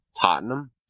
Tottenham